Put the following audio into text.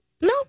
no